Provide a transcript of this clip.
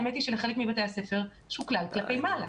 האמת היא שלחלק מבתי הספר שוקלל כלפי מעלה.